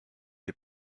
les